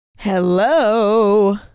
Hello